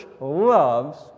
loves